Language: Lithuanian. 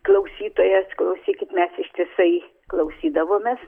klausytojas klausykit mes ištisai klausydavomės